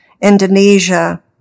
Indonesia